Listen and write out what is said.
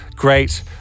great